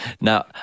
Now